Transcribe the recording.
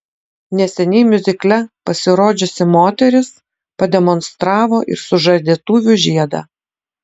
neseniai miuzikle pasirodžiusi moteris pademonstravo ir sužadėtuvių žiedą